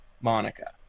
Monica